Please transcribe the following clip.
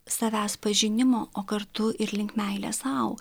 savęs pažinimo o kartu ir link meilės sau